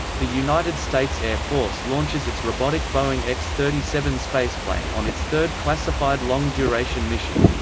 the united states air force launches its robotic boeing x thirty seven spaceplane on its third classified long-duration mission.